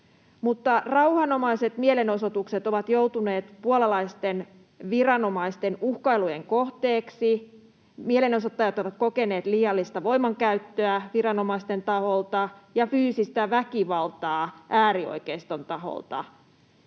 rauhanomaiset mielenosoitukset ovat joutuneet puolalaisten viranomaisten uhkailujen kohteeksi, mielenosoittajat ovat kokeneet liiallista voimankäyttöä viranomaisten taholta ja fyysistä väkivaltaa äärioikeiston taholta.